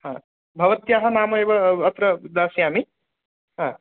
ह भवत्याः नाम एव अत्र दास्यामि ह